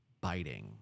Biting